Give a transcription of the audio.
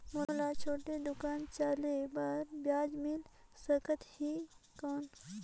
मोला छोटे दुकान चले बर ब्याज मिल सकत ही कौन?